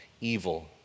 evil